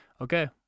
Okay